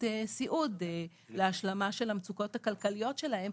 הסיעוד להשלמה של המצוקות הכלכליות שלהם,